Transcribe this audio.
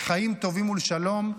לחיים טובים ולשלום,